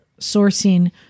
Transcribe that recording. sourcing